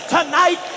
Tonight